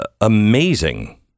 amazing